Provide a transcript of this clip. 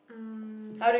um